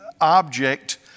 object